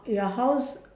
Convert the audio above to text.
your house